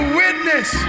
witness